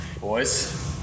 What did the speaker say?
boys